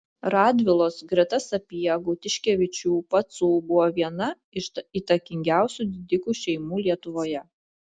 radvilos greta sapiegų tiškevičių pacų buvo viena iš įtakingiausių didikų šeimų lietuvoje